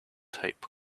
type